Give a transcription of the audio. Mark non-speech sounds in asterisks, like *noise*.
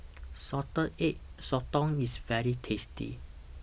*noise* Salted Egg Sotong IS very tasty